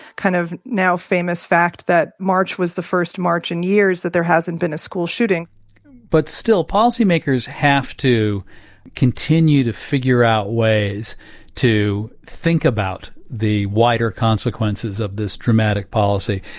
kind of, now famous fact that march was the first march in years that there hasn't been a school shooting but still, policymakers have to continue to figure out ways to think about the wider consequences of this traumatic policy.